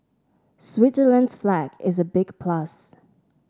Switzerland's flag is a big plus